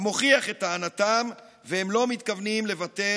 המוכיח את טענתם והם לא מתכוונים לוותר,